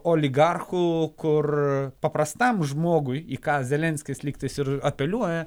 oligarchų kur paprastam žmogui į ką zelenskis lygtais ir apeliuoja